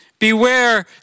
Beware